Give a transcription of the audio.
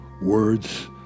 Words